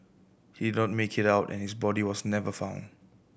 he not make it out and his body was never found